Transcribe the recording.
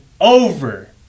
over